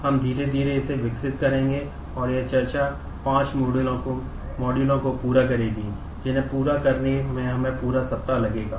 हम धीरे धीरे इसे विकसित करेंगे और यह चर्चा पांच मॉड्यूलों को पूरा करेगी जिन्हें पूरा करने में हमें पूरा सप्ताह लगेगा